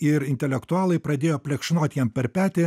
ir intelektualai pradėjo plekšnot jam per petį